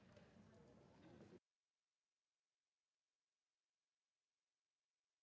Merci